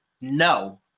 no